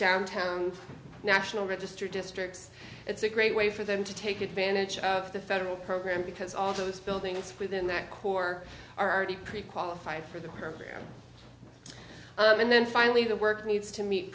downtown national register districts it's a great way for them to take advantage of the federal program because all those buildings within that core are already prequalified for the hermit and then finally the work needs to meet